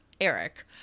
Eric